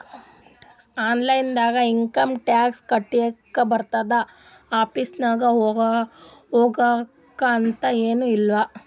online ನಾಗು income tax ಕಟ್ಲಾಕ್ ಬರ್ತುದ್ ಆಫೀಸ್ಗ ಹೋಗ್ಬೇಕ್ ಅಂತ್ ಎನ್ ಇಲ್ಲ